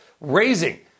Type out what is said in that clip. raising